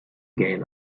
gay